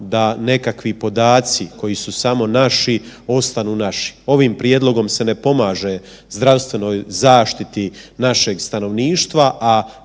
da nekakvi podaci koji su samo naši ostanu naši. Ovim prijedlogom se ne pomaže zdravstvenoj zaštiti našeg stanovništva,